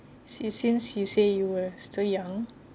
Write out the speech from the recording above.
since you say you were still young